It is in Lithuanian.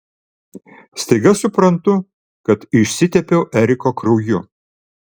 staiga suprantu kad išsitepiau eriko krauju